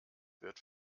wird